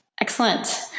Excellent